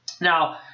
Now